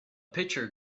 pitcher